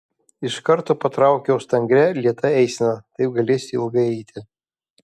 iš karto patraukiau stangria lėta eisena taip galėsiu ilgai eiti